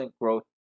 growth